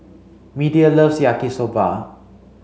Media loves Yaki soba